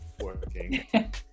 working